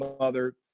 mother